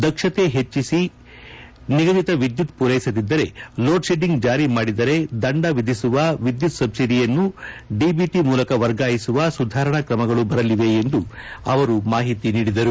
ದಕ್ಷತೆ ಸ್ಥಿತಿ ಹೆಚ್ಚಿಸಿ ನಿಗದಿತ ವಿದ್ಯುತ್ ಮೂರೈಸದಿದ್ದರೆ ಲೋಡ್ಶೆಡ್ಡಿಂಗ್ ಜಾರಿ ಮಾಡಿದರೆ ದಂಡ ವಿಧಿಸುವ ವಿದ್ಯುತ್ ಸಬ್ಲಿಡಿಯನ್ನು ಡಿಬಿಟಿ ಮೂಲಕ ವರ್ಗಾಯಿಸುವ ಸುಧಾರಣಾ ಕ್ರಮಗಳು ಬರಲಿದೆ ಎಂದು ಮಾಹಿತಿ ನೀಡಿದ್ದರು